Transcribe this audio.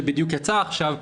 שבדיוק יצא עכשיו,